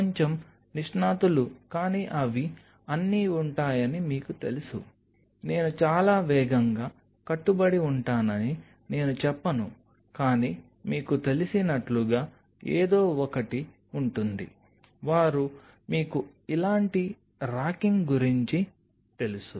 కొంచెం నిష్ణాతులు కానీ అవి అన్నీ ఉంటాయని మీకు తెలుసు నేను చాలా వేగంగా కట్టుబడి ఉంటానని నేను చెప్పను కానీ మీకు తెలిసినట్లుగా ఏదో ఒకటి ఉంటుంది వారు మీకు ఇలాంటి రాకింగ్ గురించి తెలుసు